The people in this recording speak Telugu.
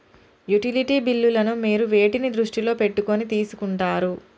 యుటిలిటీ బిల్లులను మీరు వేటిని దృష్టిలో పెట్టుకొని తీసుకుంటారు?